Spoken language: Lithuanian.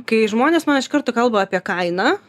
kai žmonės man iš karto kalba apie kainą